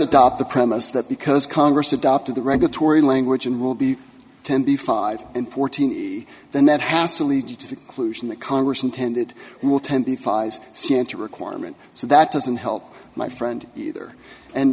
adopt the premise that because congress adopted the regulatory language and will be ten the five and fourteen he then that has to lead you to the clues in that congress intended will ten be five cents a requirement so that doesn't help my friend either and